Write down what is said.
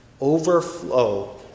overflow